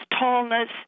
tallness